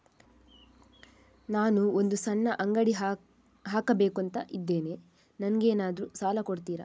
ನಾನು ಒಂದು ಸಣ್ಣ ಅಂಗಡಿ ಹಾಕಬೇಕುಂತ ಇದ್ದೇನೆ ನಂಗೇನಾದ್ರು ಸಾಲ ಕೊಡ್ತೀರಾ?